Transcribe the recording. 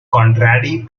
contrary